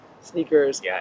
sneakers